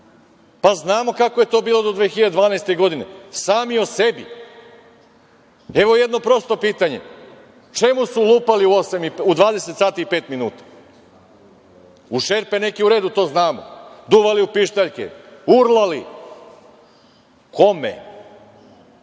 brinete? Znamo kako je to bilo do 2012. godine, sami o sebi. Evo jedno prosto pitanje – čemu su lupali u 20 sati i pet minuta? U šerpe neke i uredu, to znamo, duvali u pištaljke, urlali, kome? Šta